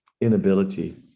inability